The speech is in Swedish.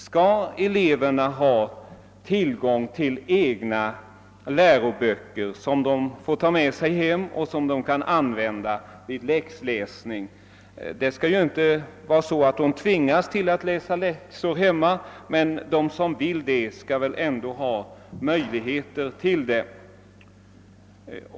Skall eleverna ha tillgång till egna läroböcker, som de får ta med sig hem och använda vid läxläsning? De skall ju inte tvingas till att läsa läxor hemma, men de som vill det skall väl ändå ha möjlighet därtill.